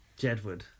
Jedward